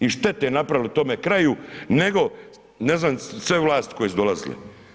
I štete napravili tome kraju nego ne znam sve vlasti koje su dolazile.